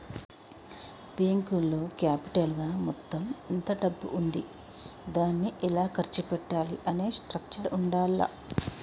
బ్యేంకులో క్యాపిటల్ గా మొత్తం ఎంత డబ్బు ఉంది దాన్ని ఎలా ఖర్చు పెట్టాలి అనే స్ట్రక్చర్ ఉండాల్ల